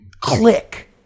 click